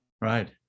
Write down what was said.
Right